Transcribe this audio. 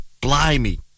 blimey